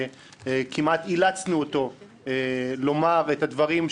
וכמעט אילצנו אותו לומר את הדברים,